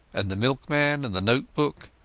and the milkman, and the note-book,